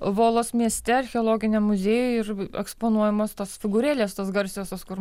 volos mieste archeologiniam muziejuj ir eksponuojamos tos figūrėlės tos garsiosios kur